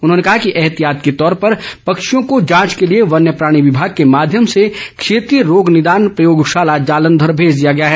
उन्होंने कहा कि ऐहतियात के तौर पर पक्षियों को जांच के लिए वन्य प्राणी विमाग के माध्यम से क्षेत्रीय रोग निदान प्रयोगशाला जालंधर भेज दिया गया है